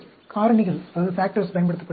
காரணிகள் பயன்படுத்தப்படுகின்றன